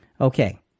Okay